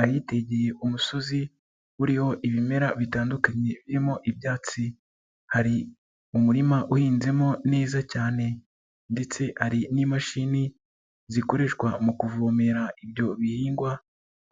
Ahitegeye umusozi uriho ibimera bitandukanye birimo ibyatsi, hari umurima uhinzemo neza cyane ndetse hari n'imashini zikoreshwa mu kuvomera ibyo bihingwa